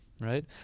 Right